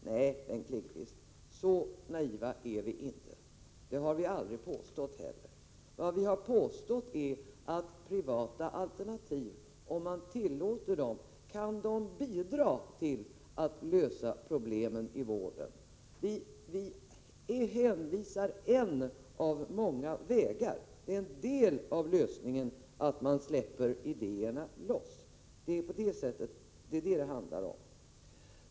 Nej, Bengt Lindqvist, så naiva är vi inte. Det har vi aldrig påstått. Vi har sagt att privata alternativ, om de tillåts, kan bidra till att lösa problemen i vården. Vi har anvisat en av många vägar. Det är en del av lösningen att man släpper loss idéerna. Det är vad det handlar om.